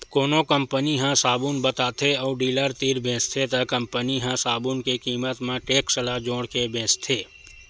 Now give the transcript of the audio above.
कोनो कंपनी ह साबून बताथे अउ डीलर तीर बेचथे त कंपनी ह साबून के कीमत म टेक्स ल जोड़के बेचथे